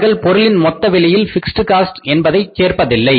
அவர்கள் பொருளின் மொத்த விலையில் பிக்ஸ்ட் காஸ்ட் என்பதை சேர்ப்பதில்லை